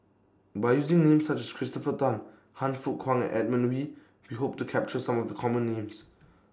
By using Names such as Christopher Tan Han Fook Kwang and Edmund Wee We Hope to capture Some of The Common Names